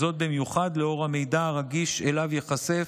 וזאת במיוחד לנוכח המידע הרגיש שאליו ייחשף,